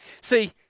See